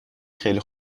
خیلی